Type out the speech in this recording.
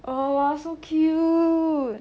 oh !wah! so cute